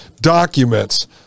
documents